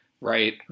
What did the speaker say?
Right